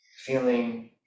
Feeling